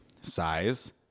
size